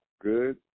Good